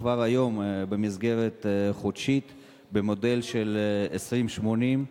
כבר היום במסגרת חודשית במודל של 80 20,